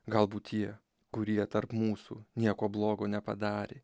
galbūt tie kurie tarp mūsų nieko blogo nepadarė